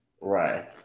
Right